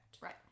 Right